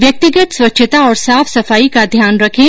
व्यक्तिगत स्वच्छता और साफ सफाई का ध्यान रखें